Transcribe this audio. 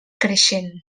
creixent